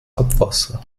abwasser